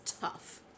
tough